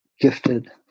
gifted